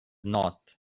not